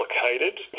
complicated